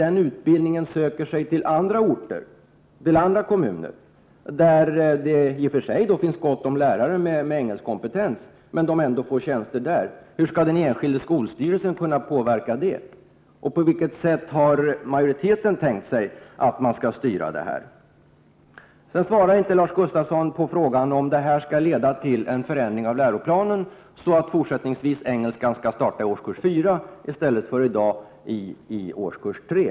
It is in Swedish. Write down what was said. Det kan ju vara så, att lärare med erforderlig utbildning söker sig till andra kommuner, där det i och för sig kan finnas gott om lärare med kompetens att undervisa i engelska men där de ändå får en tjänst. På vilket sätt har majoriteten tänkt sig styrningen i detta avseende? Lars Gustafsson svarade inte på frågan om huruvida det här kan leda till en förändring av läroplanen — dvs. att man fortsättningsvis skall starta med undervisning i engelska i årskurs 4 i stället för, som i dag är fallet, i årskurs 3.